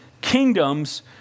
kingdoms